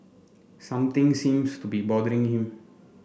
something seems to be bothering him